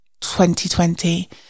2020